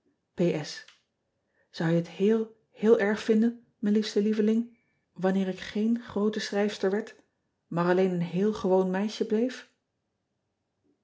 ou je het heel heel erg vinden mijn liefste lieveling wanneer ik geen roote chrijfster werd maar alleen een heel gewoon meisje bleef